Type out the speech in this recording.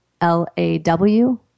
L-A-W